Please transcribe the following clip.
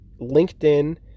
LinkedIn